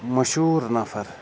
مشہوٗر نفر